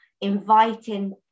inviting